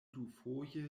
dufoje